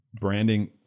branding